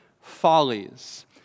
follies